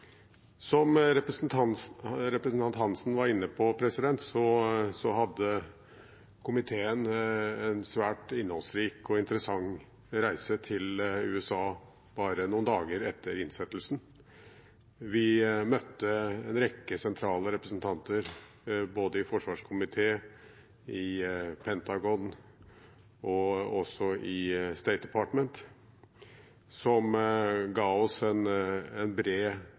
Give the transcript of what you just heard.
svært innholdsrik og interessant reise til USA bare noen dager etter innsettelsen. Vi møtte en rekke sentrale representanter, både i forsvarskomiteen, i Pentagon og i Department of State, som ga oss en bred